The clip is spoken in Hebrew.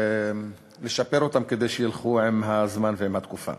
לשפר אותם כדי שילכו עם הזמן ועם התקופה.